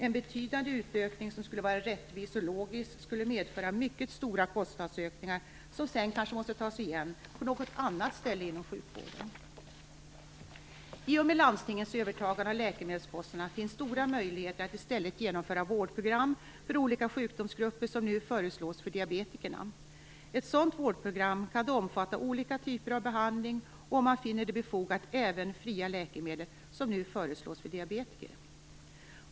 En betydande utökning som skulle vara rättvis och logisk skulle medföra mycket stora kostnadsökningar, vilka sedan kanske måste tas igen på något annat område inom sjukvården. I och med landstingens övertagande av läkemedelskostnaderna finns det stora möjligheter att i stället genomföra vårdprogram för olika sjukdomsgrupper, som nu föreslås för diabetikerna. Ett sådant vårdprogram kan omfatta olika typer av behandling och, om man finner det befogat, även fria läkemedel, som nu föreslås för diabetiker.